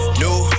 new